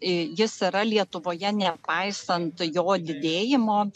jis yra lietuvoje nepaisant jo didėjimo